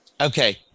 Okay